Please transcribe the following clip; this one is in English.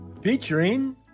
Featuring